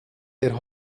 der